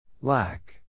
Lack